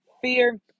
Fear